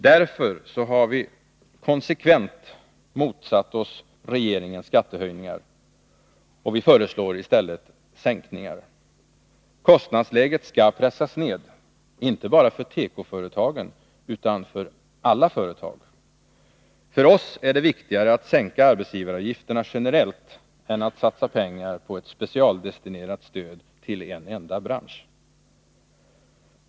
Därför har vi konsekvent motsatt oss regeringens skattehöjningar, och vi föreslår i stället sänkningar. Kostnadsläget skall pressas ned —- inte bara för tekoföretagen utan för alla företag. För oss är det viktigare att sänka arbetsgivaravgifterna generellt än att satsa pengar på ett specialdestinerat stöd till en enda bransch.